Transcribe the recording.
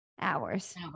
hours